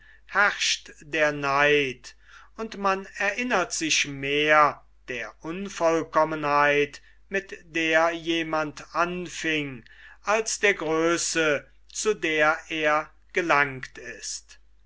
herrscht der neid und man erinnert sich mehr der unvollkommenheit mit der jemand anfieng als der größe zu der er gelangt ist